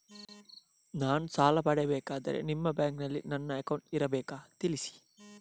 ನಾನು ಸಾಲ ಪಡೆಯಬೇಕಾದರೆ ನಿಮ್ಮ ಬ್ಯಾಂಕಿನಲ್ಲಿ ನನ್ನ ಅಕೌಂಟ್ ಇರಬೇಕಾ ತಿಳಿಸಿ?